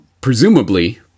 presumably